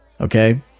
okay